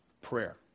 prayer